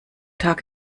tag